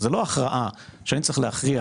זאת לא הכרעה שאני צריך להכריע